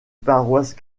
paroisse